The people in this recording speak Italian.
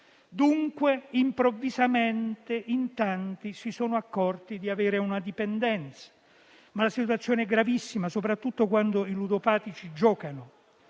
Dunque, improvvisamente, in tanti si sono accorti di avere una dipendenza. La situazione è gravissima soprattutto quando i ludopatici giocano.